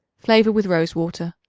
flavor with rose-water.